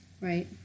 Right